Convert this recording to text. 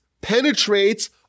penetrates